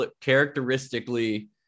characteristically